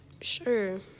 Sure